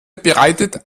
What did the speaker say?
bereitet